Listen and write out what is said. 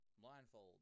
Blindfold